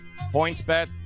PointsBet